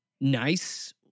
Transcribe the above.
nice